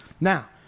Now